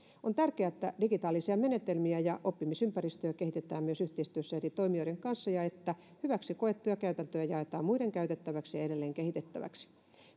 on tärkeää että digitaalisia menetelmiä ja oppimisympäristöjä kehitetään myös yhteistyössä eri toimijoiden kanssa ja että hyviksi koettuja käytäntöjä jaetaan muiden käytettäviksi ja edelleen kehitettäviksi